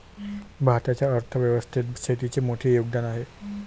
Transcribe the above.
भारताच्या अर्थ व्यवस्थेत शेतीचे मोठे योगदान आहे